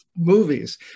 movies